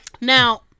Now